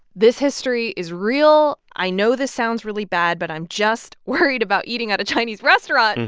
this history is real. i know this sounds really bad. but i'm just worried about eating at a chinese restaurant, and